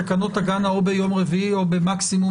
התקנות תגענה או ביום רביעי או במקסימום,